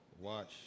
Watch